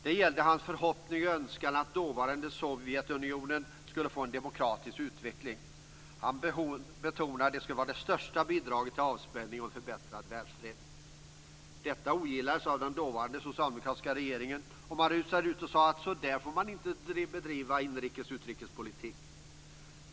Det gällde hans förhoppning och önskan att dåvarande Sovjetunionen skulle få en demokratisk utveckling. Han betonade att det skulle vara det största bidraget till avspänning och en förbättrad världsfred. Detta ogillades av den dåvarande socialdemokratiska regeringen, och man rusade ut och sade att så där fick man inte driva så att säga inrikes utrikespolitik.